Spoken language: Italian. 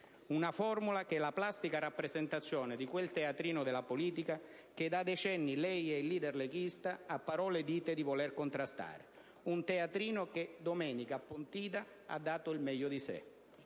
una formula che è la plastica rappresentazione di quel teatrino della politica che da decenni lei e il leader leghista a parole dite di voler contrastare, un teatrino che domenica a Pontida ha dato il meglio di sé.